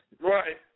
Right